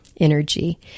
energy